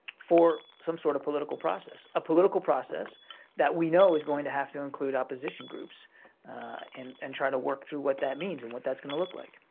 for some sort of political process a political process that we know is going to have to include opposition groups and and try to work through what that means and what that's going to look like.